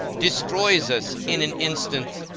destroys us in an instant.